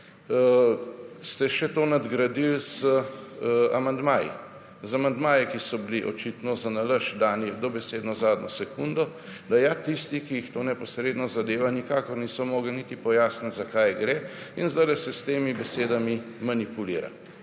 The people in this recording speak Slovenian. ste še to nadgradili z amandmaji. Z amandmaji, ki so bili očitno zanalašč dani dobesedno zadnjo sekundo, da ja tisti, ki jih to neposredno zadeva nikakor niso mogli niti pojasniti zakaj gre in sedaj se s temi besedami manipulira.